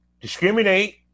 discriminate